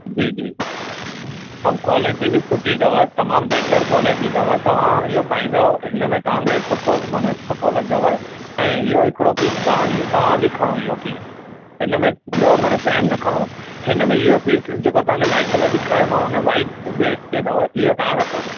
जी जी ऐं क़्वालिटी बि सुठी अथव तमामु बहितरु क़्वालिटी अथव तव्हां इहो पाइंदव हिनमें तव्हांखे सुठो माने सुठो लॻदव ऐं इहो हिकिड़ो पीस तव्हां इहो तव्हां बि खणो इहो पीस हिनमें पीस इनमें ॿियो माने सेम न खणो हिनमें इहो पीस जेको तव्हांखे लाइट कलर ॾेखारियोमाव न वाइट बेस ते अथव इहो तव्हां रखो